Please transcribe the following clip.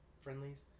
friendlies